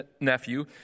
nephew